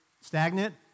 Stagnant